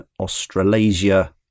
Australasia